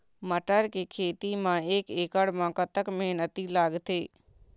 मटर के खेती म एक एकड़ म कतक मेहनती लागथे?